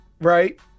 right